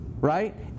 right